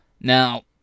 Now